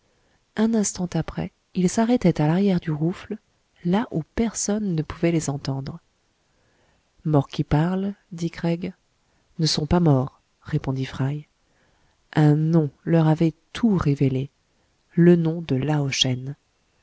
un instant après ils s'arrêtaient à l'arrière du rouffle là où personne ne pouvait les entendre morts qui parlent dit craig ne sont pas morts répondit fry un nom leur avait tout révélé le nom de